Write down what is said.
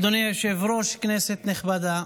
אדוני היושב-ראש, כנסת נכבדה,